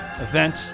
event